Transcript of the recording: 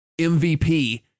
MVP